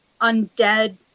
undead